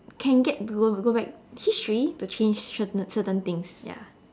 can get go to go back history to change certain certain things ya